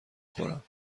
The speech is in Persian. خورم